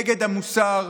נגד המוסר,